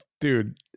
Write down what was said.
Dude